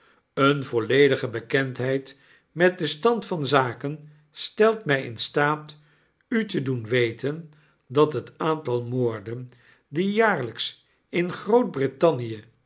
eene volledige bekendheid met den stand van zaken steltmy in staat u te doen weten dat het aantal moorden die jaarlyks in